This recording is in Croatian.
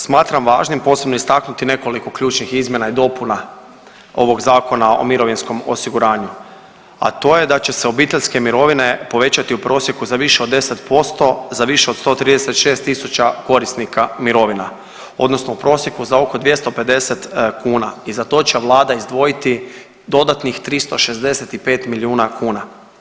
Smatram važnim posebno istaknuti nekoliko ključnih izmjena i dopuna ovog Zakona o mirovinskom osiguranju, a to je da će se obiteljske mirovine povećati u prosjeku za više od 10% za više od 136.000 korisnika mirovina odnosno u prosjeku za oko 250 kuna i za to će vlada izdvojiti dodatnih 365 milijuna kuna.